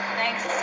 Thanks